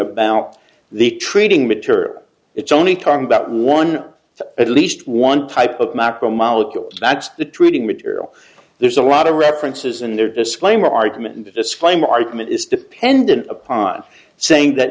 about the treating material it's only talking about one at least one type of macromolecules that's the treating material there's a lot of references in there disclaimer argument and the disclaimer argument is dependent upon saying that